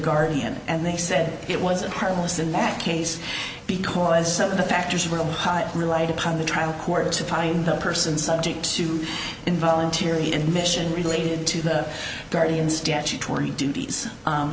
guardian and they said it wasn't heartless in that case because some of the factors were relied upon the trial court to find the person subject to involuntary admission related to the guardian statutory duties